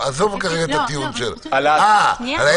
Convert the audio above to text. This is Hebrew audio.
אמרתי